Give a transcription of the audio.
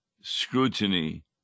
scrutiny